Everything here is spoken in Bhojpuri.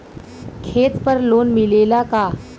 खेत पर लोन मिलेला का?